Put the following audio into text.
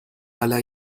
آلا